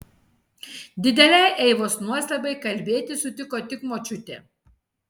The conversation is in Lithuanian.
didelei eivos nuostabai kalbėti sutiko tik močiutė